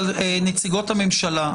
נציגות הממשלה,